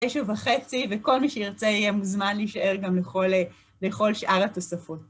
תשע וחצי, וכל מי שירצה יהיה מוזמן להישאר גם לכל שאר התוספות.